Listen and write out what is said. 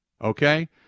okay